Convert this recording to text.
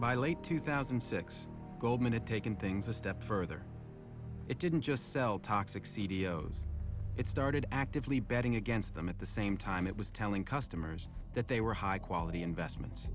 by late two thousand and six goldman a taken things a step further it didn't just sell toxic c d o it started actively betting against them at the same time it was telling customers that they were high quality investments